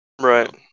Right